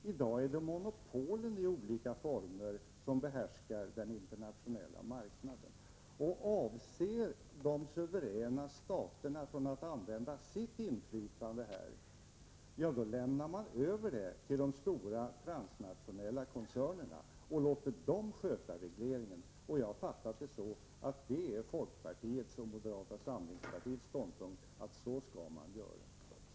I dag är det monopolen i olika former som behärskar den internationella marknaden. Avstår de suveräna staterna från att använda sitt inflytande här, lämnar man över det till de stora transnationella koncernerna och låter dem sköta regleringen. Jag har uppfattat folkpartiets och moderata samlingspartiets ståndpunkt så, att det är detta som man skall göra.